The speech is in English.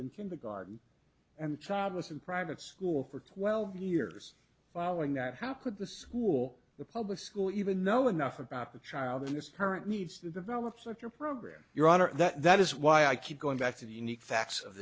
in kindergarten and childless in private school for twelve years following that how could the school the public school even know enough about the child in this current needs to develop such your program your honor that is why i keep going back to the unique facts of